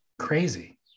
Crazy